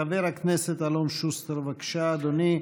חבר הכנסת אלון שוסטר, בבקשה, אדוני.